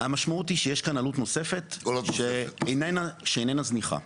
המשמעות היא שיש כאן עלות נוספת שאיננה זניחה.